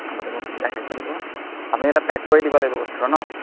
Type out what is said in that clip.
আপুনি মোক যেতিয়া হেৰি কৰি দিব আমি এতিয়া পেক কৰি দিব লাগিব বস্তুটো ন